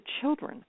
children